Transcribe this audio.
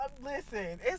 Listen